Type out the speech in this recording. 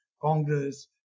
Congress